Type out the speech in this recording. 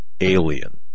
alien